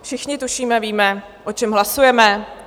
Všichni tušíme, víme, o čem hlasujeme.